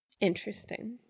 Interesting